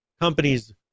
companies